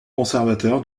conservateur